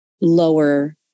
lower